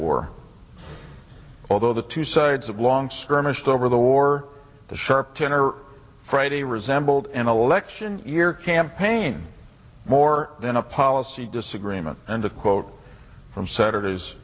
war although the two sides of long skirmished over the war the sharpton or friday resembled an election year campaign more than a policy disagreement and a quote from saturday